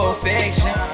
affection